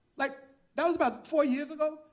like that was about four years ago.